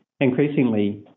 increasingly